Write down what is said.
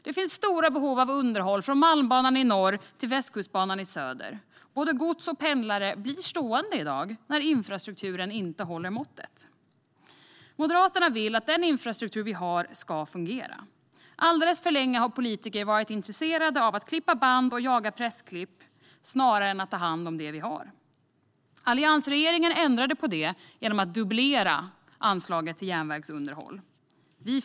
Det finns stora behov av underhåll, från Malmbanan i norr till Västkustbanan i söder, och både gods och pendlare blir stående när infrastrukturen inte håller måttet. Moderaterna vill att den infrastruktur vi har ska fungera. Alldeles för länge har politiker varit intresserade av att klippa band och jaga pressklipp snarare än av att ta hand om det vi har. Alliansregeringen ändrade på det genom att dubblera anslaget till järnvägsunderhåll.